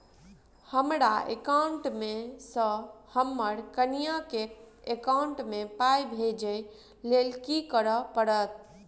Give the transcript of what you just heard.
हमरा एकाउंट मे सऽ हम्मर कनिया केँ एकाउंट मै पाई भेजइ लेल की करऽ पड़त?